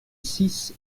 six